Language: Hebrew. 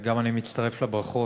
גם אני מצטרף לברכות,